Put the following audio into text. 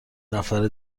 نفر